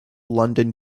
london